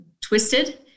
twisted